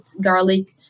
garlic